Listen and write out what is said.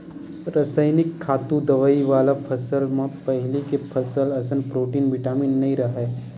रसइनिक खातू, दवई वाला फसल म पहिली के फसल असन प्रोटीन, बिटामिन नइ राहय